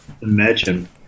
imagine